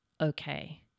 okay